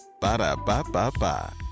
Ba-da-ba-ba-ba